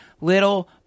little